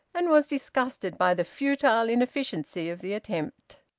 and was disgusted by the futile inefficiency of the attempt.